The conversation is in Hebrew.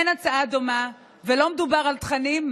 אין הצעה דומה, ולא מדובר על תכנים.